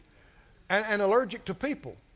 and and allergic to people.